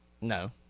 No